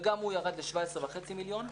וגם הוא ירד ל-17.5 מיליון,